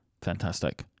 fantastic